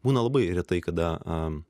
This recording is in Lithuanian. būna labai retai kada